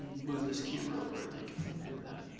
moved this camera over i think if i can do that.